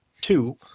Two